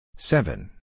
Seven